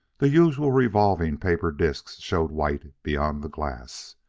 the usual revolving paper disks showed white beyond the glass.